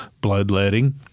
bloodletting